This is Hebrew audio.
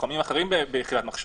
מלוחמים אחרים ביחידת נחשון,